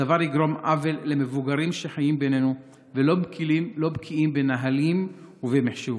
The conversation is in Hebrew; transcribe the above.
הדבר יגרום עוול למבוגרים שחיים בינינו ולא בקיאים בנהלים ובמחשוב.